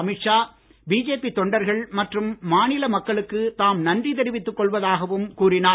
Amit Shah BJP தொண்டர்கள் மற்றும் மாநில மக்களுக்கு தாம் நன்றி தெரிவித்துக் கொள்வதாகவும் கூறினார்